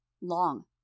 Long